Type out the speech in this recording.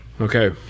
Okay